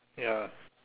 ya